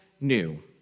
new